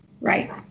Right